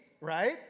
right